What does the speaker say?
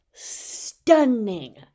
stunning